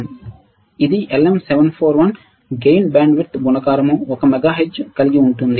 ఇది LM741 లాభ bandwidth గుణకారం 1 మెగాహెర్ట్జ్ కలిగి ఉంటుంది